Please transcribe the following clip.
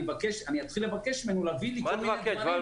אני אתחיל לבקש מהם להביא לי כל מיני דברים --- מה תבקש,